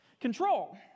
control